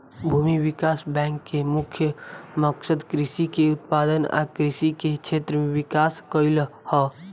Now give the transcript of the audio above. भूमि विकास बैंक के मुख्य मकसद कृषि के उत्पादन आ कृषि के क्षेत्र में विकास कइल ह